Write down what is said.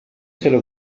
celu